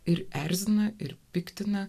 ir erzina ir piktina